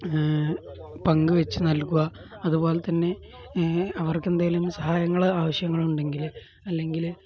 പങ്ക് വെച്ച് നൽകുക അതുപോലെ തന്നെ അവർക്ക് എന്തേലും സഹായങ്ങൾ ആവശ്യങ്ങളുണ്ടെങ്കിൽ അല്ലെങ്കിൽ